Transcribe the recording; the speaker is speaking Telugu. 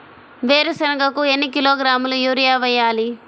వేరుశనగకు ఎన్ని కిలోగ్రాముల యూరియా వేయాలి?